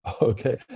okay